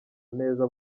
neza